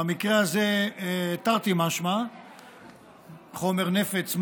במקרה הזה תרתי משמע חומר נפץ,